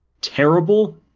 terrible